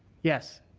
yes.